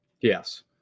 Yes